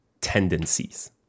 tendencies